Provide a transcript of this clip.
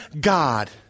God